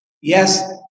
Yes